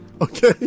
Okay